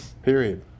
period